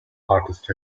artist